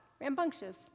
rambunctious